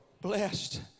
Blessed